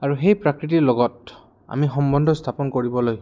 আৰু সেই প্ৰকৃতিৰ লগত আমি সম্বন্ধ স্থাপন কৰিবলৈ